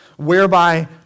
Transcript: whereby